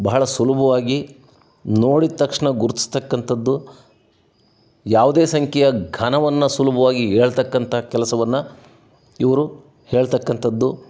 ಬಹಳ ಸುಲಭವಾಗಿ ನೋಡಿದ ತಕ್ಷಣ ಗುರುತಿಸ್ತಕ್ಕದ್ದು ಯಾವುದೇ ಸಂಖ್ಯೆಯ ಘನವನ್ನು ಸುಲಭವಾಗಿ ಹೇಳ್ತಕ್ಕಂಥ ಕೆಲಸವನ್ನ ಇವರು ಹೇಳತಕ್ಕಂಥದ್ದು